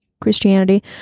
Christianity